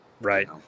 right